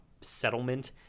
settlement